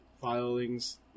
filings